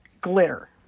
glitter